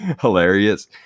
hilarious